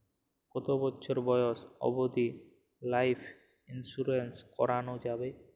কতো বছর বয়স অব্দি লাইফ ইন্সুরেন্স করানো যাবে?